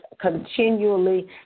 continually